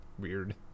weird